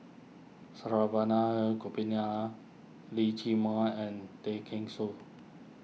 Saravanan Gopinathan Lee Chiaw Meng and Tay Kheng Soon